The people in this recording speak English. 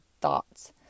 thoughts